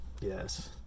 Yes